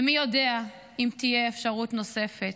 מי יודע אם תהיה אפשרות נוספת.